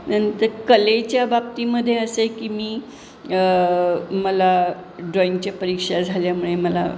नंतर कलेच्या बाबतीमध्ये असं आहे की मी मला ड्रॉईंगच्या परीक्षा झाल्यामुळे मला